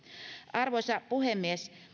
arvoisa puhemies